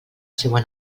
seua